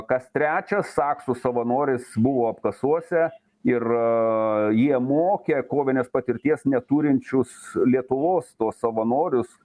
kas trečias saksų savanoris buvo apkasuose ir jie mokė kovinės patirties neturinčius lietuvos tuos savanorius